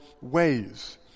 ways